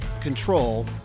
control